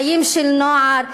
חיים של נוער,